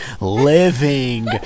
living